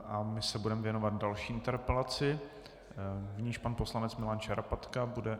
A my se budeme věnovat další interpelaci, v níž pan poslanec Milan Šarapatka bude...